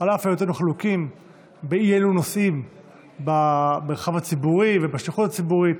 על אף היותנו חלוקים באי אילו נושאים במרחב הציבורי ובשליחות הציבורית,